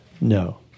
No